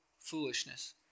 foolishness